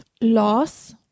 loss